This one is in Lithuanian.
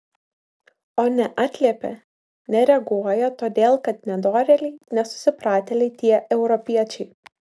o neatliepia nereaguoja todėl kad nedorėliai nesusipratėliai tie europiečiai